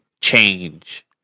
change